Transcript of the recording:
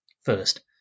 first